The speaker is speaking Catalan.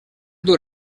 dur